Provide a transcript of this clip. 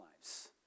lives